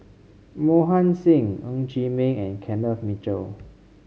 Mohan Singh Ng Chee Meng and Kenneth Mitchell